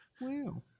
Wow